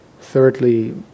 thirdly